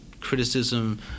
criticism